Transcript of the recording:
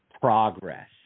progress